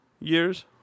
years